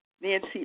Nancy